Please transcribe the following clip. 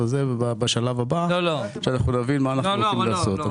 אבל זה בשלב הבא שאנחנו נבין מה אנחנו צריכים לעשות.